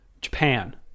Japan